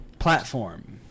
Platform